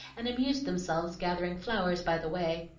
and amused themselves gathering flowers by the way.